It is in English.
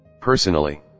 Personally